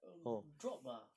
drop ah